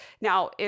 now